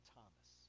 Thomas